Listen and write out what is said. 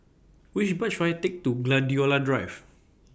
Which Bus should I Take to Gladiola Drive